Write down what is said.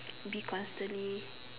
to be constantly